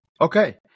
Okay